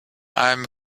i’m